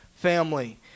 family